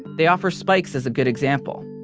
they offer spikes as a good example.